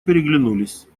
переглянулись